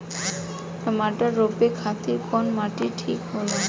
टमाटर रोपे खातीर कउन माटी ठीक होला?